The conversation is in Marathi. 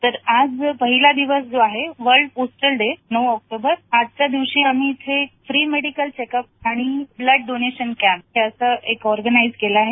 तर आज पहिला दिवस जो आहे वर्ल्ड पोस्टल डे नऊ ऑक्टोबर आजच्या दिवशी आपण इथे फ्रि मेडिकल चेकअप आणि ब्लड डोनेशन कॅम्प हे असं ऑर्गनाईझ केलं आहे